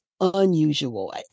unusual